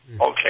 Okay